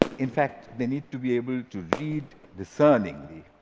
in fact, they need to be able to read discerningly.